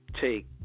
Take